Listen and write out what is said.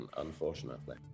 unfortunately